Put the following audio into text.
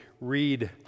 read